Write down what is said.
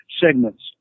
segments